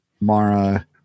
Mara